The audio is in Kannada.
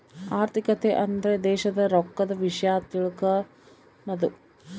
ಆರ್ಥಿಕತೆ ಅಂದ್ರ ದೇಶದ್ ರೊಕ್ಕದ ವಿಷ್ಯ ತಿಳಕನದು